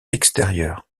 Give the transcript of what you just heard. extérieurs